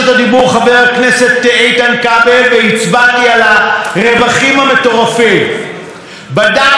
בדקתי ומצאתי שהרפורמה בטלפונים הנייחים לא יצאה אל הפועל.